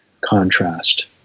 contrast